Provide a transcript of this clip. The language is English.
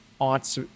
aunt